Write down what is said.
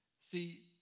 See